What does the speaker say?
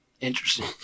Interesting